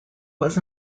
was